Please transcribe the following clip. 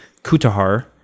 Kutahar